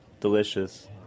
delicious